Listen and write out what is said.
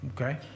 okay